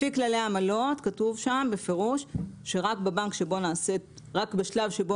לפי כללי העמלות כתוב שם בפירוש שרק בשלב שבו